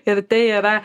ir tai yra